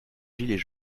gilets